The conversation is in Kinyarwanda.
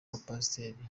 abapasiteri